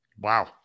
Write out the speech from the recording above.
wow